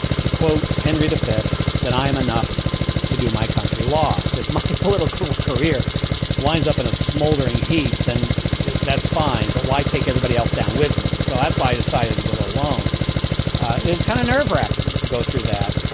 to quote henry the fifth that i am enough to do my country loss, if my political career winds up in a smoldering heap, then that's fine. but why take everybody else down with me? so that's why i decided to go alone is kind of nerve wracking to go through that.